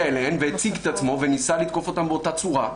אליהן והציג את עצמו וניסה לתקוף אותן באותה צורה.